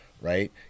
right